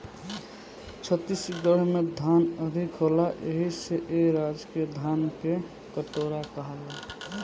छत्तीसगढ़ में धान अधिका होला एही से ए राज्य के धान के कटोरा कहाला